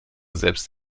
selbst